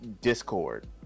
Discord